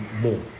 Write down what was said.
more